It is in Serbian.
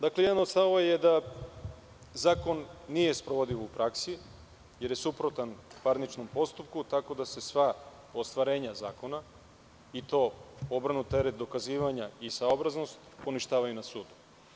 Dakle, jedan od stavova je da zakon nije sprovodljiv u praksi, jer je suprotan parničnom postupku, tako da se sva ostvarenja zakona i to obrnut red dokazivanja i saobraznost poništavaju na sudu.